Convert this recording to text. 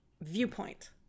viewpoint